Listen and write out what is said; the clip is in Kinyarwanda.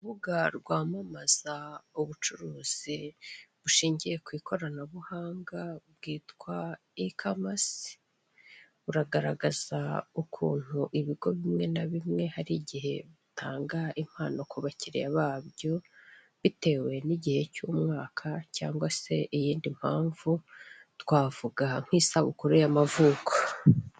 Urubuga rwamamaza ubucuruzi bushingiye ku ikoranabuhanga, bwitwa i kamasi, buragaragaza ukuntu ibigo bimwe na bimwe hari igihe bitanga impano ku bakirriya babyo, bitewe n'igihe cy'umwaka cyangwa se iyindi mpamvu, twavuga nk'isabukuru y'amavuko.